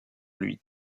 lui